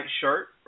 shirt